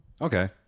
Okay